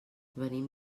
venim